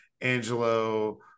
Angelo